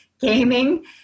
Gaming